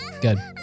Good